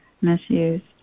misused